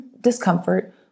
discomfort